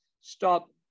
stop